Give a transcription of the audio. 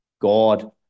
God